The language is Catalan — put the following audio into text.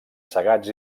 segats